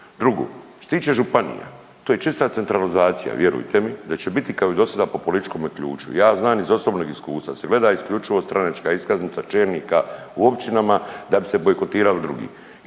Drugo, što se tiče županija to je čista centralizacija, vjerujte mi da će biti kao i dosada po političkome ključu. Ja znam iz osobnog iskustva da se gleda isključivo stranačka iskaznica čelnika u općinama da bi se bojkotirali drugi